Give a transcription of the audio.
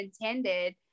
intended